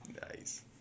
Nice